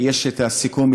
יש סיכום,